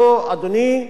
מגיע לי יותר.